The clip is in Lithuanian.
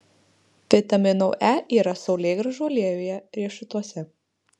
vitamino e yra saulėgrąžų aliejuje riešutuose